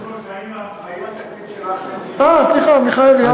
אדוני היושב-ראש, האם, אה, סליחה, אברהם מיכאלי.